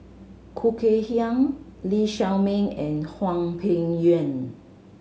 Khoo Kay Hian Lee Shao Meng and Hwang Peng Yuan